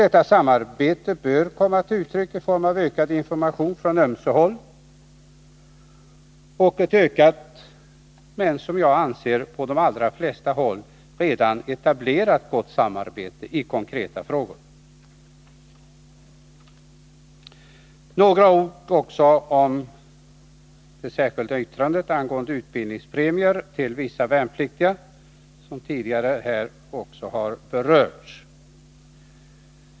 Detta samarbete bör komma till uttryck i form av ökad information från ömse håll samt i form av ett ökat och, som jag ser det, på de allra flesta håll redan väl etablerat samarbete i konkreta frågor. Så några ord om det särskilda yttrandet angående utbildningspremier till. Nr 134 vissa värnpliktiga, vilket har berörts tidigare.